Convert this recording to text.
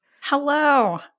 Hello